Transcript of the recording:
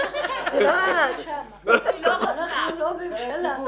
אנחנו לא ממשלה.